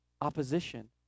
opposition